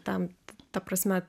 tam ta prasme